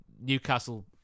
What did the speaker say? Newcastle